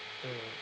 mm